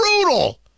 brutal